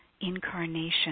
incarnation